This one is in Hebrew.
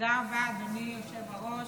תודה רבה, אדוני היושב-ראש.